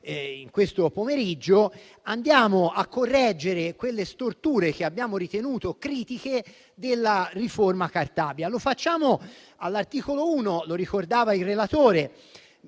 in esame oggi pomeriggio, andiamo a correggere quelle storture che abbiamo ritenuto critiche della riforma Cartabia. Lo facciamo all'articolo 1 - lo ricordava il relatore